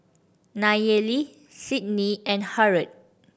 Nayeli Sidney and Harrold